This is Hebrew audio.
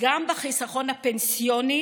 גם בחיסכון הפנסיוני